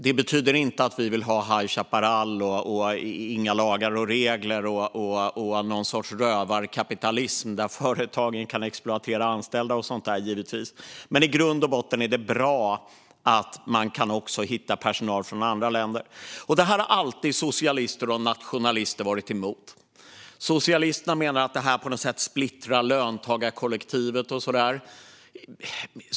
Det betyder givetvis inte att vi vill ha High Chaparral, utan lagar och regler, eller någon sorts rövarkapitalism där företagen kan exploatera anställda, men i grund och botten är det bra att man kan hitta personal från andra länder. Socialister och nationalister har alltid varit emot detta. Socialisterna menar att det på något sätt splittrar löntagarkollektivet.